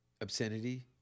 Obscenity